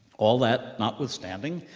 all that notwithstanding,